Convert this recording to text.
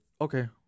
Okay